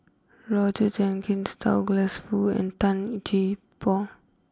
Roger Jenkins Douglas Foo and Tan Gee Paw